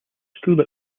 school